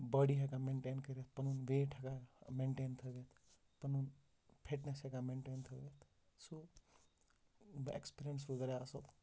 باڑی ہٮ۪کان مینٹین کٔرِتھ پَنُن ویٹ ہٮ۪کان مینٹین تھٲوِتھ پَنُن فِٹنیس ہٮ۪کان مینٹین تھٲوِتھ سُہ اٮ۪کسپِرینس روٗد واریاہ اَصٕل